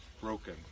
broken